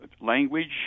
language